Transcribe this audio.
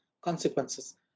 consequences